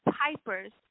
pipers